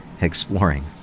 exploring